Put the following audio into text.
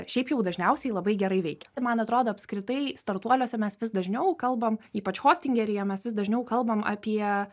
šiaip jau dažniausiai labai gerai veikia tai man atrodo apskritai startuoliuose mes vis dažniau kalbam ypač hostingeryje mes vis dažniau kalbam apie